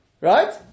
Right